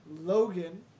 Logan